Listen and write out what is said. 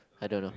I don't know